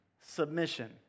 submission